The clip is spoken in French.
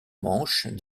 manches